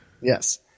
Yes